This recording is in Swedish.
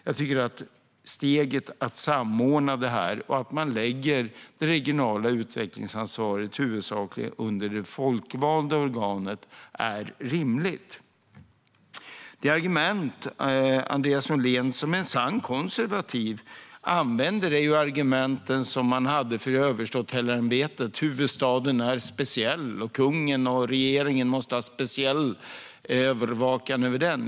Jag tycker att steget att samordna det här och att lägga det regionala utvecklingsansvaret huvudsakligen under det folkvalda organet är rimligt. Det argument som Andreas Norlén, som en sann konservativ, använder är ju argumenten som man hade för Överståthållarämbetet: Huvudstaden är speciell, och kungen och regeringen måste särskilt övervaka den.